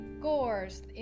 gores